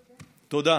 תודה.